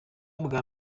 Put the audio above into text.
bwa